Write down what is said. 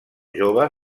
jove